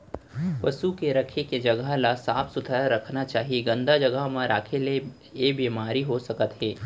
पसु के रहें के जघा ल साफ सुथरा रखना चाही, गंदा जघा म राखे ले ऐ बेमारी हो सकत हे